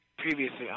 Previously